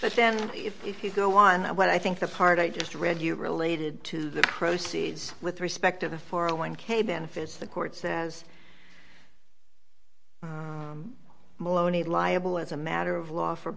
but then if you go on what i think the part i just read you related to the proceeds with respect of the four a one k benefits the court says maloney liable as a matter of law for